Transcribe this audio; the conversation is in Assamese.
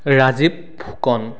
ৰাজীৱ ফুকন